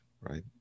right